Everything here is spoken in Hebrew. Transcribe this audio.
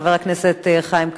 חבר הכנסת חיים כץ,